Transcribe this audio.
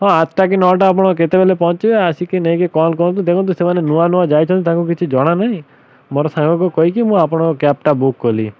ହଁ ଆଠଟା କି ନଅଟା ଆପଣ କେତବେଳେ ପହଞ୍ଚିବେ ଆସିକି ନେଇକି କଲ୍ କରନ୍ତୁ ଦେଖନ୍ତୁ ସେମାନେ ନୂଆ ନୂଆ ଯାଇଛନ୍ତି ତାଙ୍କୁ କିଛି ଜଣାନାହିଁ ମୋର ସାଙ୍ଗକୁ କହିକି ମୁଁ ଆପଣଙ୍କ କ୍ୟାବ୍ଟା ବୁକ୍ କଲି